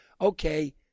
okay